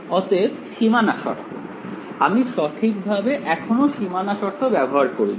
অতএব সীমানা শর্ত আমি সঠিকভাবে এখনো সীমানা শর্ত ব্যবহার করিনি